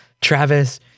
Travis